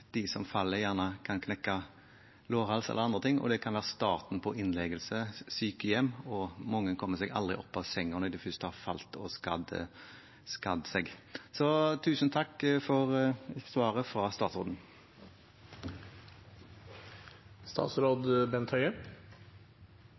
de som faller, gjerne kan knekke lårhalsen eller noe annet. Det kan være starten på innleggelse på sykehjem, og mange kommer seg aldri opp av sengen når de først har falt og skadet seg. Tusen takk for svaret fra statsråden.